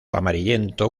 amarillento